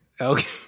okay